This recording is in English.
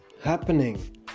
happening